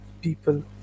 people